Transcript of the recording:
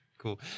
Cool